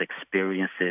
experiences